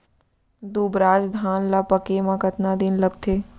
दुबराज धान ला पके मा कतका दिन लगथे?